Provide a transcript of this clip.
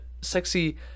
sexy